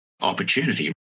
opportunity